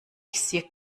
sie